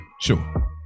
sure